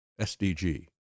SDG